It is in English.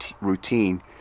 routine